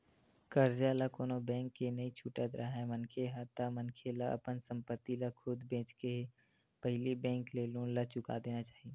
करजा ल कोनो बेंक के नइ छुटत राहय मनखे ह ता मनखे ला अपन संपत्ति ल खुद बेंचके के पहिली बेंक के लोन ला चुका देना चाही